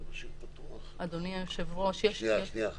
אדוני היושב-ראש --- שנייה אחת.